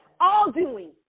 all-doing